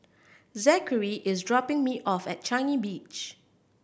Zackary is dropping me off at Changi Beach